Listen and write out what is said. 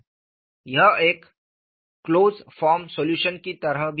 यह एक closed form solution की तरह भी है